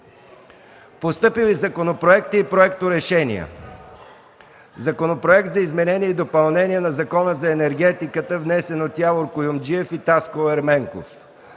Постъпили законопроекти и проекторешения: - Законопроект за изменение и допълнение на Закона за енергетиката, внесен от Явор Куюмджиев и Таско Ерменков;